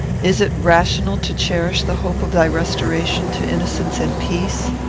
is it rational to cherish the hope of thy restoration to innocence and peace?